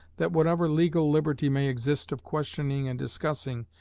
that whatever legal liberty may exist of questioning and discussing,